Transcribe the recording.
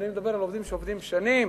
אני מדבר על עובדים שעובדים שנים